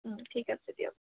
ঠিক আছে দিয়ক